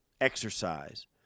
exercise